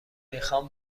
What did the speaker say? میخوام